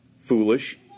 foolish